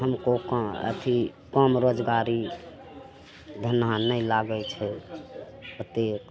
हमको का अथी काम रोजगारी धनहाँ नहि लागै छै ओतेक